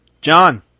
john